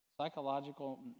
psychological